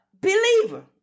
Believer